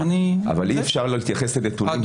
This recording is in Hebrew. תדעו לכם שדווקא הסעיף הזה פוגע בכם, השוטרים.